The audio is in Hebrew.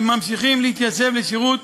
הם ממשיכים להתייצב לשירות